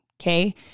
Okay